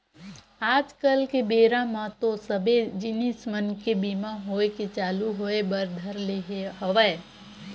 आज कल के बेरा म तो सबे जिनिस मन के बीमा होय के चालू होय बर धर ले हवय